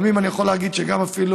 אני יכול להגיד שאפילו